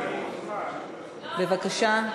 בבקשה.